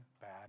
bad